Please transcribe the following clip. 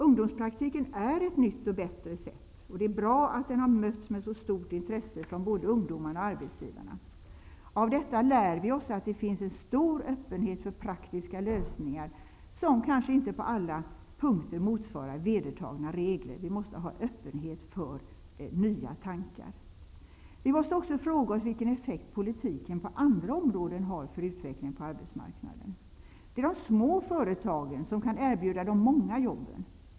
Ungdomspraktiken är ett nytt och bättre sätt, och det är bra att den har mötts av så stort intresse från både ungdomarna och arbetsgivarna. Av detta lär vi oss att det finns en stor öppenhet för praktiska lösningar som kanske inte på alla punkter motsvarar vedertagna regler. Vi måste alltså ha öppenhet för nya tankar. Vi måste också fråga oss vilken effekt politiken på andra områden har för utvecklingen på arbetsmarknaden. Det är de små företagen som kan erbjuda de många jobben.